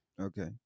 okay